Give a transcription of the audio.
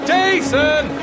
Jason